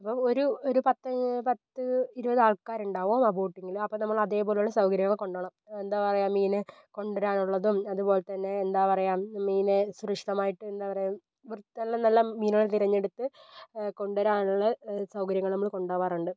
അപ്പം ഒരു ഒരു പത്ത് പത്ത് ഇരുപത് ആൾക്കാർക്കും ആ ബോട്ടിങ്ങിൽ അപ്പോൾ നമ്മൾ അതേപോലെയുള്ള സൗകര്യങ്ങൾ കൊണ്ടുപോകണം എന്താ പറയുക മീനെ കൊണ്ടുവരാൻ ഉള്ളതും അതുപോലെതന്നെ എന്താ പറയുക മീനിനെ സുരക്ഷിതമായിട്ട് എന്താ പറയുക വൃത്തിയുള്ള നല്ല മീനുകൾ തിരഞ്ഞെടുത്ത് കൊണ്ട് വരാനുള്ള സൗകര്യങ്ങൾ നമ്മൾ കൊണ്ടുവരാറുണ്ട്